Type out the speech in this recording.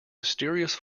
mysterious